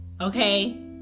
Okay